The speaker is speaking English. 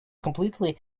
completely